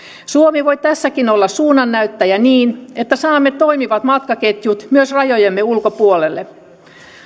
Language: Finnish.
suomi voi tässäkin olla suunnannäyttäjä niin että saamme toimivat matkaketjut myös rajojemme ulkopuolelle